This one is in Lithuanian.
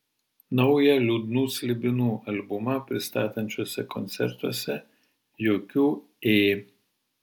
naują liūdnų slibinų albumą pristatančiuose koncertuose jokių ė